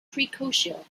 precocial